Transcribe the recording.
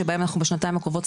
שבהם אנחנו בשנתיים הקרובות,